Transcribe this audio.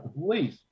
police